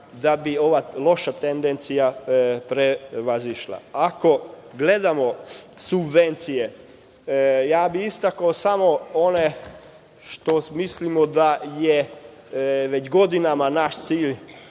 da bi se ova loša tendencija prevazišla. Ako gledamo subvencije, istakao bih samo one što mislimo da je već godinama naš cilj